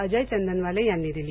अजय चंदनवाले यांनी दिली